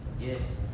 Yes